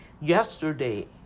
yesterday